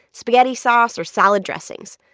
spaghetti sauce or salad dressings.